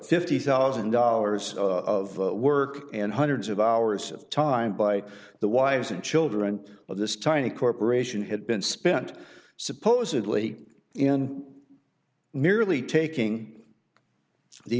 fifty thousand dollars of work and hundreds of hours of time by the wives and children of this tiny corporation had been spent supposedly in merely taking the